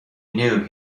knew